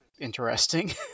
interesting